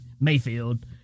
Mayfield